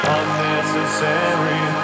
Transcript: unnecessary